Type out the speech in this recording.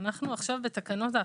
אנחנו עכשיו בתקנות ההפחתה.